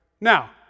Now